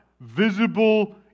Visible